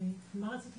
יש לי